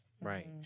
right